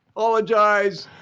apologize.